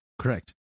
Correct